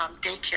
daycare